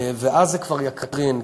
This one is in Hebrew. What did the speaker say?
ואז זה כבר יקרין,